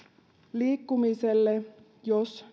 liikkumiselle jos